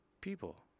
people